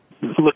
Look